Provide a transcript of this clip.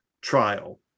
trial